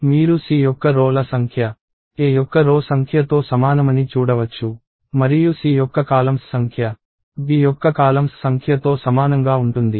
మీరు C యొక్క row ల సంఖ్య A యొక్క రో సంఖ్య తో సమానమని చూడవచ్చు మరియు C యొక్క కాలమ్స్ సంఖ్య B యొక్క కాలమ్స్ సంఖ్య తో సమానంగా ఉంటుంది